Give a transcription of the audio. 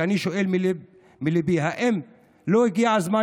שאני שואל מליבי: האם לא הגיע הזמן